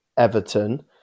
Everton